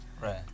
Right